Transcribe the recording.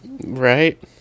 right